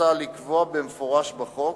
שמוצע לקבוע במפורש בחוק,